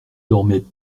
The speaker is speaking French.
dormaient